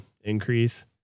increase